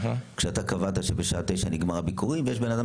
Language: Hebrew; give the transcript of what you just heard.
כשאתה קבעת שבשעה 9:00 נגמר הביקור ויש בן אדם